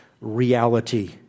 reality